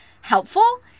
helpful